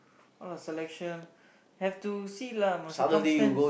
no lah selection have to see lah must circumstance